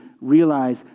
realize